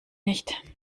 nicht